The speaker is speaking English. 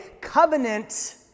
covenant